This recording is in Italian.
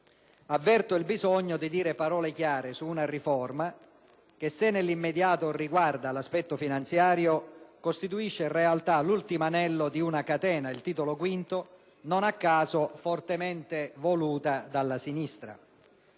avverto il bisogno di dire parole chiare su una riforma che, se nell'immediato riguarda l'aspetto finanziario, costituisce in realtà l'ultimo anello di una catena, il Titolo V della Costituzione, non a caso fortemente voluto dalla sinistra.